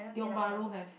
tiong-bahru have